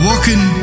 Walking